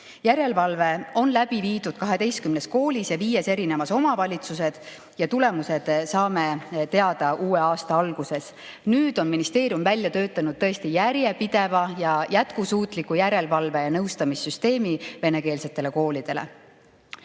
Järelevalve on läbi viidud 12 koolis ja viies omavalitsuses ja tulemused saame teada uue aasta alguses. Nüüd on ministeerium välja töötanud tõesti järjepideva ja jätkusuutliku järelevalve‑ ja nõustamissüsteemi venekeelsetele koolidele.